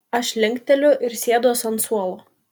aš linkteliu ir sėduos ant suolo